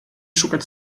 szukać